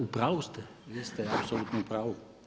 Upravu ste, vi ste apsolutno u pravu.